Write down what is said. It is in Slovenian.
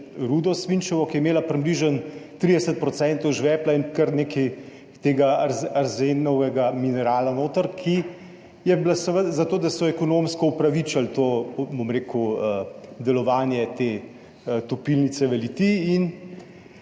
rudo, ki je imela približno 30 % žvepla in kar nekaj tega arzenovega minerala notri, ki je bila seveda zato, da so ekonomsko opravičili delovanje te topilnice v Litiji.